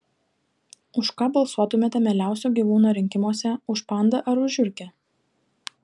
už ką balsuotumėte mieliausio gyvūno rinkimuose už pandą ar už žiurkę